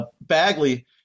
Bagley